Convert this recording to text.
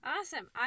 Awesome